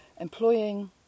employing